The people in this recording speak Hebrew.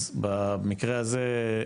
אז במקרה הזה,